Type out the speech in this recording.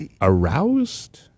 aroused